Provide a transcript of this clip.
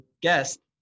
guest